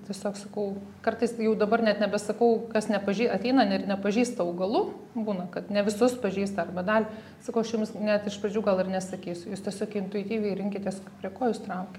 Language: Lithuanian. tiesiog sakau kartais jau dabar net nebesakau kas nepažį ateina ir nepažįsta augalų būna kad ne visus pažįsta arba dalį sakau aš jums net iš pradžių gal ir nesakysiu jūs tiesiog intuityviai rinkitės prie ko jus traukia